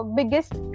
biggest